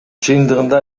чындыгында